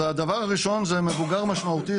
הדבר הראשון זה מבוגר משמעותי,